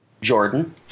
Jordan